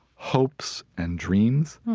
hopes and dreams.